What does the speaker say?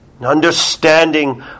Understanding